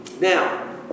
Now